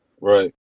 right